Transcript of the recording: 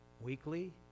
Weekly